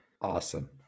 Awesome